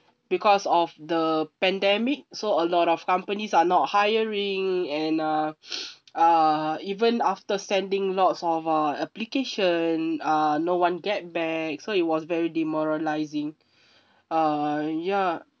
because of the pandemic so a lot of companies are not hiring and uh err even after sending lots of uh application uh no one get back so it was very demoralising uh ya